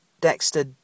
Dexter